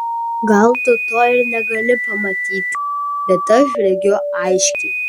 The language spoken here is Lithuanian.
gal tu to ir negali pamatyti bet aš regiu aiškiai